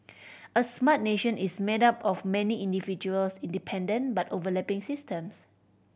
a smart nation is made up of many individuals independent but overlapping systems